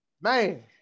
Man